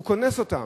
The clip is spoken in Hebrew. הוא קונס אותם.